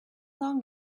long